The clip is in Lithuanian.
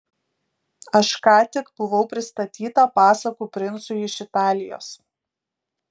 aš ką tik buvau pristatyta pasakų princui iš italijos